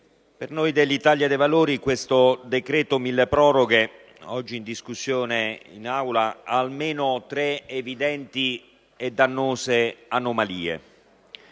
per noi dell'Italia dei Valori questo decreto milleproroghe oggi in discussione in Aula ha almeno tre evidenti e dannose anomalie.